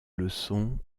leçons